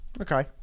okay